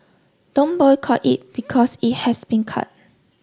don't boycott it because it has been cut